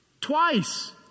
twice